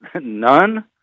none